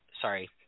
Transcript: sorry –